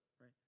right